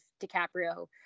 DiCaprio